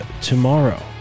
tomorrow